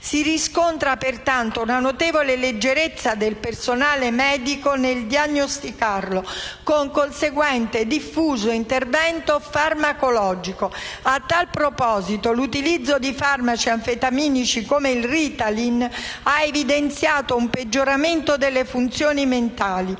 Si riscontra pertanto una notevole leggerezza del personale medico nel diagnosticarlo, con conseguente diffuso intervento farmacologico. A tal proposito, l'utilizzo di farmaci anfetaminici come il Ritalin ha evidenziato un peggioramento delle funzioni mentali,